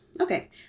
Okay